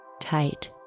Tight